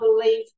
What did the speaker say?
believe